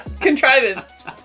Contrivance